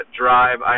drive